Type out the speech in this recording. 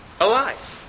alive